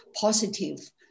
positive